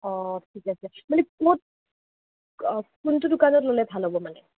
ঠিক আছে মানে ক'ত কোনটো দোকানত ল'লে ভাল হ'ব মানে